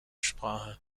sprache